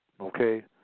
okay